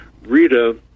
Rita